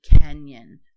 canyon